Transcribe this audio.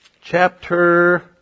chapter